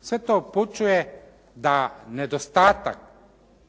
Sve to upućuje da nedostatak